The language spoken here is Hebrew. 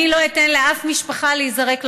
אני לא אתן לאף משפחה להיזרק לרחוב.